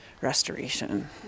restoration